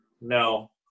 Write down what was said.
No